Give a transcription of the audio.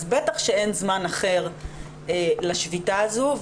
אז בטח שאין זמן אחר לשביתה הזו.